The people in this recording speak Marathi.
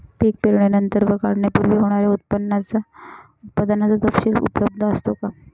पीक पेरणीनंतर व काढणीपूर्वी होणाऱ्या उत्पादनाचा तपशील उपलब्ध असतो का?